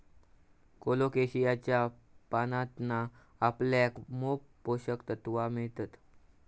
कोलोकेशियाच्या पानांतना आपल्याक मोप पोषक तत्त्वा मिळतत